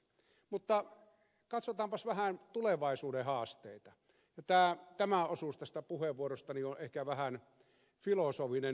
mutta katsotaanpas vähän tulevaisuuden haasteita tämä osuus tästä puheenvuorostani on ehkä vähän filosofinen